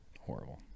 horrible